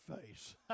face